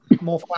more